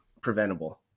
preventable